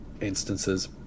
instances